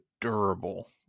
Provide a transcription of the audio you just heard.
durable